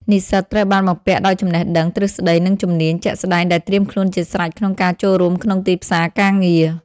និស្សិតត្រូវបានបំពាក់ដោយចំណេះដឹង ទ្រឹស្តី និងជំនាញ ជាក់ស្តែងដែលត្រៀមខ្លួនជាស្រេចក្នុងការចូលរួមក្នុងទីផ្សារការងារ។